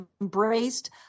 embraced